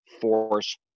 force